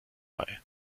bei